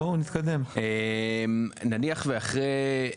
נניח ואחרי,